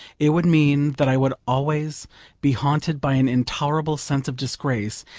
it would mean that i would always be haunted by an intolerable sense of disgrace,